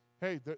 hey